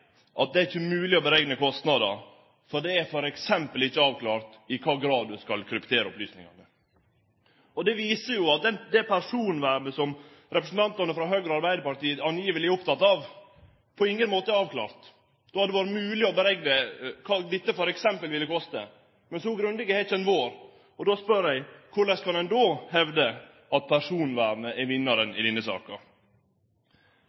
seier at det ikkje er mogleg å berekne kostnader, for det er f.eks. ikkje avklart i kva grad ein skal kryptere opplysningane. Det viser at det personvernet som representantane frå Høgre og Arbeidarpartiet tilsynelatande er opptekne av, på ingen måte er avklart. Det hadde vore mogleg å berekne kva dette f.eks. ville koste. Men så grundige har ein ikkje vore, og då spør eg: Korleis kan ein då hevde at personvernet er vinnaren